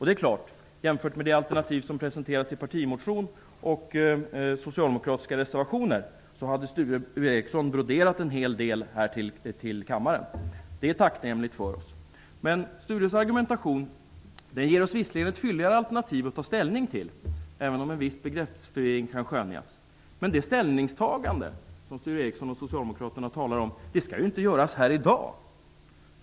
Det är klart att jämfört med det alternativ som presenteras i partimotionen och i socialdemokratiska reservationer har Sture Ericson broderat en hel del här inför kammaren. Det är tacknämligt för oss. Sture Ericsons argumentation ger oss visserligen ett fylligare alternativ att ta ställning till, även om en viss begreppsförvirring kan skönjas. Men det ställningstagande som Sture Ericson och Socialdemokraterna talar om skall ju inte göras här i dag.